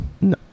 No